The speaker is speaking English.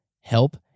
help